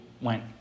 went